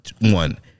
One